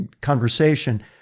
conversation